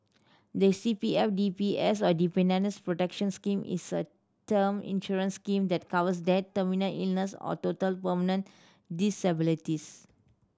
the C P F D P S or Dependants' Protection Scheme is a term insurance scheme that covers death terminal illness or total permanent disabilities